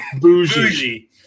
Bougie